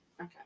Okay